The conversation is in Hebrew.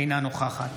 אינה נוכחת